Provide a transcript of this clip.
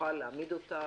נוכל להעמיד אותה